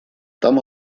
там